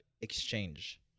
exchange